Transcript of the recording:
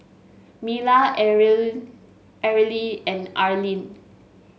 Mila Areli Areli and Arleen